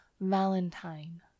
Valentine